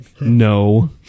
No